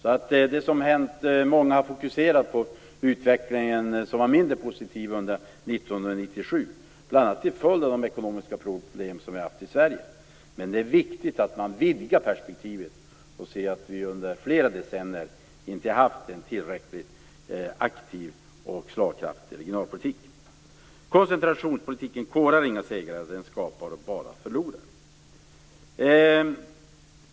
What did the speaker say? Många har fokuserat på den mindre positiva utveckling som vi haft under 1997 bl.a. till följd av de ekonomiska problem som vi har haft i Sverige, men det är viktigt att också vidga perspektivet och inse att vi under flera decennier inte haft en tillräckligt aktiv och slagkraftig regionalpolitik. Koncentrationspolitiken korar inga segrare. Den skapar bara förlorare.